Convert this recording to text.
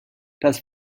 das